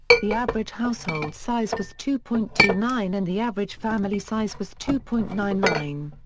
the average household size was two point two nine and the average family size was two point nine nine.